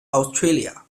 australia